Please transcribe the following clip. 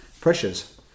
pressures